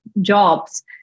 jobs